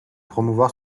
promouvoir